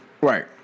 Right